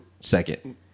second